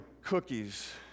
cookies